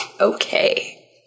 Okay